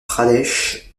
pradesh